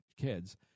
kids